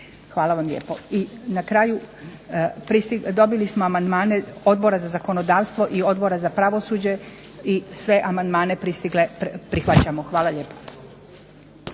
vijeća. I na kraju dobili smo amandmane Odbora za zakonodavstvo i Odbora za pravosuđe i sve amandmane pristigle prihvaćamo. Hvala lijepo.